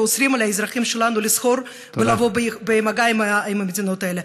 ואוסרים על האזרחים שלנו לסחור ולבוא במגע עם המדינות האלה.